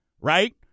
right